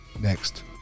next